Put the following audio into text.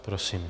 Prosím.